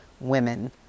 women